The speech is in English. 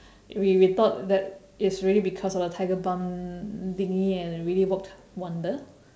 we we thought that it's really because of the tiger balm thingy and it really worked wonder